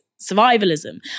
survivalism